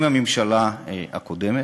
עם הממשלה הקודמת,